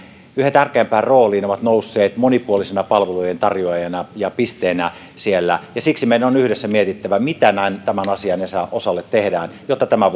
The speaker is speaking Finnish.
yhä tärkeämpään rooliin monipuolisina palvelujen tarjoajina ja pisteinä siellä siksi meidän on yhdessä mietittävä mitä tämän asian osalle tehdään jotta tämä